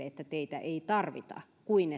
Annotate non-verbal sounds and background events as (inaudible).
(unintelligible) että teitä ei tarvita kuin (unintelligible)